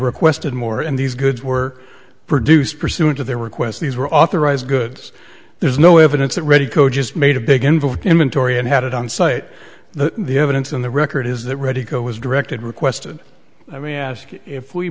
requested more and these goods were produced pursuant to their request these were authorized goods there's no evidence that ready to go just made a big involved inventory and had it on site that the evidence in the record is that ready to go was directed requested i mean ask if we